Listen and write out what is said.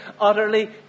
utterly